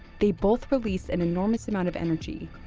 they both release an enormous amount of energy,